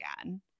again